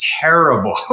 terrible